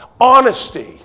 Honesty